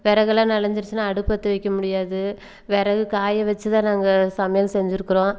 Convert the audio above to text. விறகெல்லாம் நினஞ்சிருச்சின்னா அடுப்பு பற்ற வைக்க முடியாது விறகு காய வச்சு தான் நாங்கள் சமையல் செஞ்சிருக்கிறோம்